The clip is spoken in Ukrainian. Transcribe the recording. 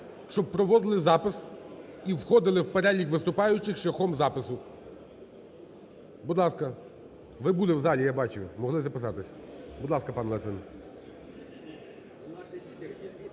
щоб проводили запис і входили в перелік виступаючих шляхом запису. Будь ласка. Ви були в залі, я бачив, могли записатись. Будь ласка, пан Литвин.